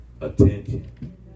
attention